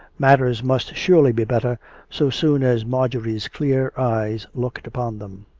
matters must surely be better so soon as marjorie's clear eyes looked upon them.